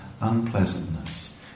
unpleasantness